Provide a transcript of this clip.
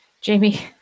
Jamie